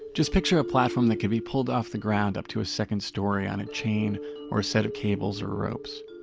just picture a platform that can be pulled off the ground up to a second story on a chain or set of cables or ropes.